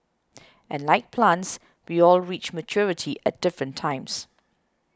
and like plants we all reach maturity at different times